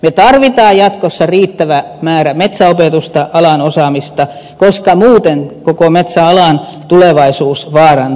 me tarvitsemme jatkossa riittävän määrän metsäopetusta alan osaamista koska muuten koko metsäalan tulevaisuus vaarantuu